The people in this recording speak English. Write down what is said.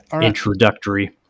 introductory